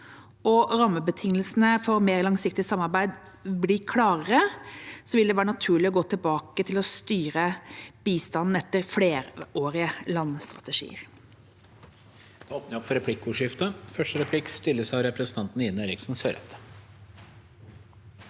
og rammebetingelsene for mer langsiktig samarbeid blir klarere, vil det være naturlig å gå tilbake til å styre bistanden etter flerårige landstrategier.